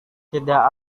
tidak